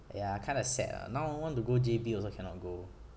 kind of sad ah now want to go J_B also cannot go